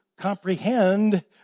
comprehend